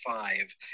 five